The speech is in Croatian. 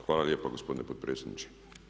Hvala lijepa gospodine potpredsjedniče.